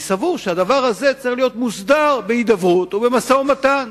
אני סבור שזה צריך להיות מוסדר בהידברות ובמשא-ומתן.